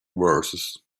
verses